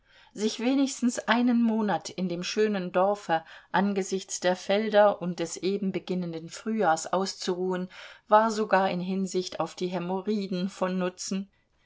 sich wenigstens einen monat in dem schönen dorfe angesichts der felder und des eben beginnenden frühjahrs auszuruhen war sogar in hinsicht auf die hämorrhoiden von nutzen